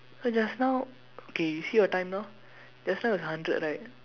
eh just now K you see your time now just now was hundred right